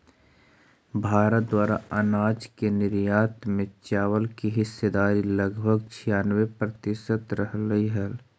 भारत द्वारा अनाज के निर्यात में चावल की हिस्सेदारी लगभग छियानवे प्रतिसत रहलइ हल